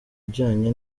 ujyanye